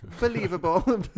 Believable